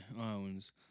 owns